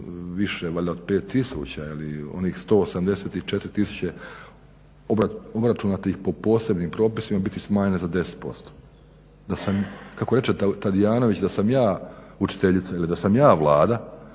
valjda od pet tisuća ili onih 184 tisuće obračunatih po posebnim propisima biti smanjene za 10%, kako reče Tadijanović da sam ja učiteljica ili da sam ja Vlada